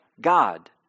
God